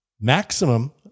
maximum